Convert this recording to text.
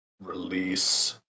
Release